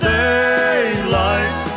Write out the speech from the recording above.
daylight